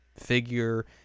figure